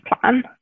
plan